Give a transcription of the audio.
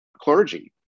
clergy